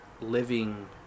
living